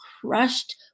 crushed